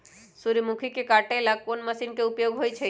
सूर्यमुखी के काटे ला कोंन मशीन के उपयोग होई छइ?